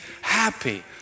happy